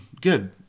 good